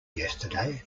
yesterday